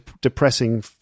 depressing